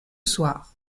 soir